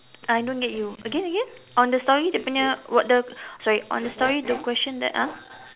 I don't get you again again on the story dia punya what the sorry on the story the question that !huh!